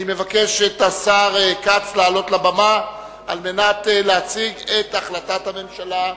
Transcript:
אני מבקש מהשר כץ לעלות לבמה ולהציג את החלטת הממשלה.